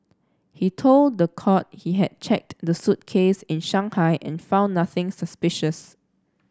he told the court he had checked the suitcase in Shanghai and found nothing suspicious